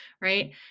right